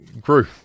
grew